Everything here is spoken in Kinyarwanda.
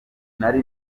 nari